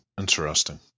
Interesting